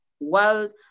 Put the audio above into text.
world